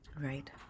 Right